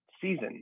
season